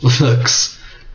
looks